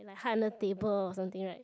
like hide under table or something right